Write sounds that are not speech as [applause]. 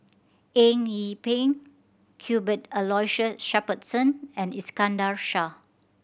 Eng Yee Peng [unintelligible] Aloysius Shepherdson and Iskandar Shah